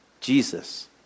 Jesus